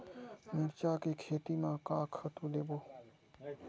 मिरचा के खेती म का खातू देबो?